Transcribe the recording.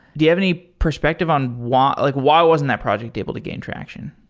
do you have any perspective on why like why wasn't that project able to gain traction?